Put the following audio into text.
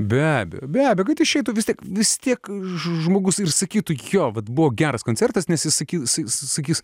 be abejo be abejo kad išeitų vis tiek vis tiek žmogus ir sakytų jo vat buvo geras koncertas nes jis saky sakys